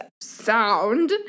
sound